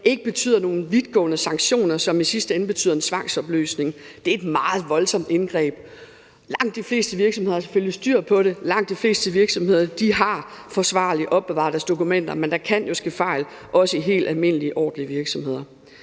ikke betyder nogen vidtgående sanktioner, som i sidste ende betyder en tvangsopløsning, for det er et meget voldsomt indgreb. Langt de fleste virksomheder har selvfølgelig styr på det; langt de fleste virksomheder opbevarer deres dokumenter forsvarligt, men der kan jo ske fejl, også i helt almindelige, ordentlige virksomheder.